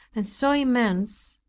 and so immense,